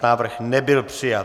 Návrh nebyl přijat.